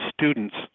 students